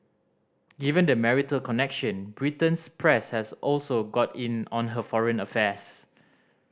given the marital connection Britain's press has also got in on her foreign affairs